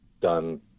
done